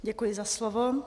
Děkuji za slovo.